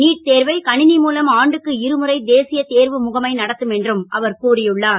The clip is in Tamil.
நீட் தேர்வை கணி மூலம் ஆண்டுக்கு இருமுறை தேசிய தேர்வு முகமை நடத்தும் என்றும் அவர் கூறியுளார்